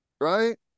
right